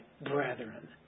brethren